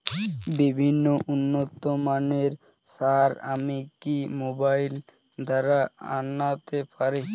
বিভিন্ন উন্নতমানের সার আমি কি মোবাইল দ্বারা আনাতে পারি?